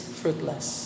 fruitless